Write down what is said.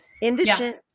indigent